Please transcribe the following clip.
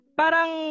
parang